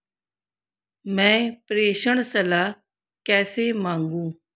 मैं प्रेषण सलाह कैसे मांगूं?